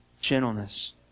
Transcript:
Gentleness